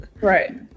Right